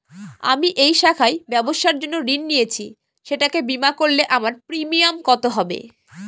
আমি এই শাখায় ব্যবসার জন্য ঋণ নিয়েছি সেটাকে বিমা করলে আমার প্রিমিয়াম কত হবে?